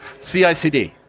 CICD